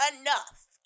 enough